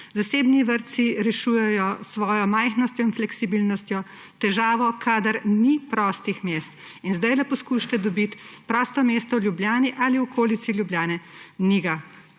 Zasebni vrtci rešujejo s svojo majhnostjo in fleksibilnostjo težavo, kadar ni prostih mest. Zdaj poskusite dobiti prosto mesto v Ljubljani ali pa v okolici Ljubljane. Ni ga!